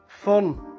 fun